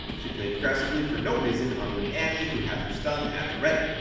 she played aggressively for no reason onto an annie who had her stun at the ready.